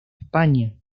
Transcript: españa